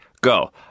go